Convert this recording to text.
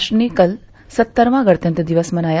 राष्ट्र ने कल सत्तरवां गणतंत्र दिवस मनाया